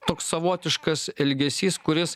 toks savotiškas elgesys kuris